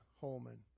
Holman